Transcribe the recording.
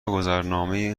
گذرنامه